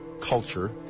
culture